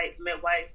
midwife